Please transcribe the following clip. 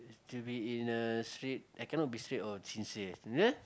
to be in a straight I cannot be straight or sincere